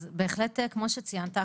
אז בהחלט כמו שציינת,